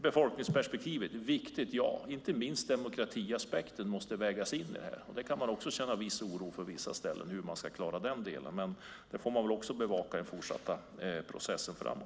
Befolkningsperspektivet är viktigt, ja. Inte minst demokratiaspekten måste vägas in. Där kan man också känna viss oro för hur de ska klara den delen på vissa ställen, men det får man väl också bevaka i den fortsatta processen framåt.